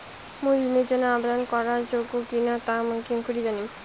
মুই ঋণের জন্য আবেদন করার যোগ্য কিনা তা মুই কেঙকরি জানিম?